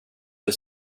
för